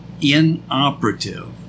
inoperative